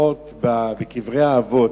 לפחות בקברי האבות,